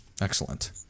Excellent